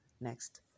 next